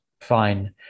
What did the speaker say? Fine